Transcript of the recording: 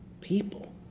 people